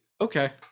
okay